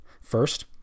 First